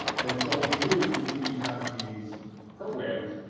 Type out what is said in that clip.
and so what we do is we have these programs,